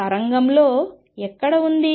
తరంగంలో ఎక్కడ ఉంది